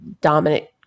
dominant